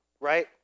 right